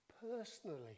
personally